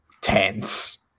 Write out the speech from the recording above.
tense